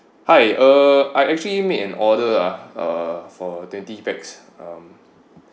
hi uh I actually made an order ah uh for twenty paxs um